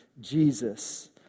Jesus